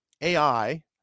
AI